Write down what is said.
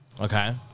Okay